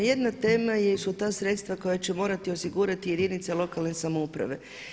Jedna tema su ta sredstva koja će morati osigurati jedinice lokalne samouprave.